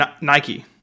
Nike